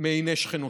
מעיני שכנותיה.